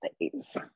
days